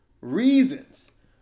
reasons